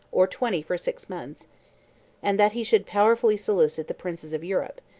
or twenty for six months and that he should powerfully solicit the princes of europe,